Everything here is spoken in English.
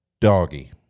Doggy